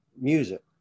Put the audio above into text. music